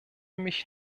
mich